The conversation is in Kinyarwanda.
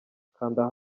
kanda